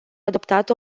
adoptat